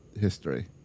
history